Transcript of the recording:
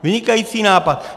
Vynikající nápad.